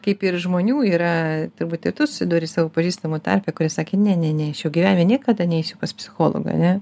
kaip ir žmonių yra turbūt ir tu susiduri savo pažįstamų tarpe kurie sakė ne ne ne aš jau gyvenime niekada neisiu pas psichologą ane